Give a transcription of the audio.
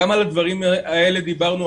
גם על הדברים האלה דיברנו.